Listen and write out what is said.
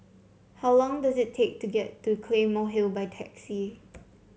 how long does it take to get to Claymore Hill by taxi